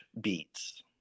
Beats